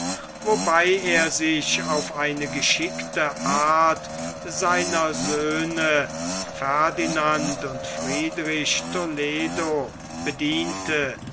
wobei er sich auf eine geschickte art seiner söhne ferdinand und friedrich toledo bediente